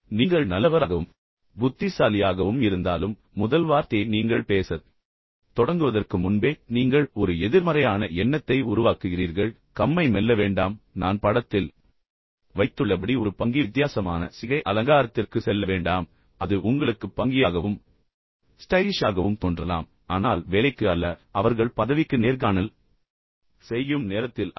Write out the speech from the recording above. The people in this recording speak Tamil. நீங்கள் உண்மையில் நல்லவராகவும் உண்மையில் புத்திசாலியாகவும் வேலைக்கு மிகவும் பொருத்தமானவராகவும் இருந்தாலும் முதல் வார்த்தையை நீங்கள் பேசத் தொடங்குவதற்கு முன்பே நீங்கள் ஏற்கனவே ஒரு எதிர்மறையான எண்ணத்தை உருவாக்குகிறீர்கள் கம்மை மெல்ல வேண்டாம் நான் படத்தில் வைத்துள்ளபடி ஒரு பங்கி வித்தியாசமான சிகை அலங்காரத்திற்கு செல்ல வேண்டாம் அது உங்களுக்கு பங்கியாகவும் பின்னர் ஸ்டைலிஷாகவும் தோன்றலாம் ஆனால் வேலைக்கு அல்ல அவர்கள் உண்மையில் பதவிக்கு நேர்காணல் செய்ய முயற்சிக்கும் நேரத்தில் அல்ல